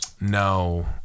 No